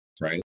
right